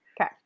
Okay